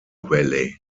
valley